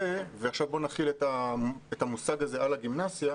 ועכשיו בואו נחיל את המושג הזה על הגימנסיה.